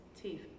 teeth